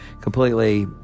completely